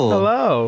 Hello